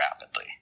rapidly